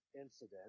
incident